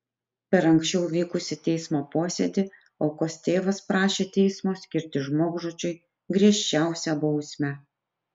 per anksčiau vykusį teismo posėdį aukos tėvas prašė teismo skirti žmogžudžiui griežčiausią bausmę